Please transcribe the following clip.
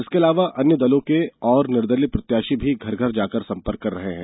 इसके अलावा अन्य दलों के और निर्दलीय प्रत्याषी भी घर घर जाकर संपर्क कर रहें हैं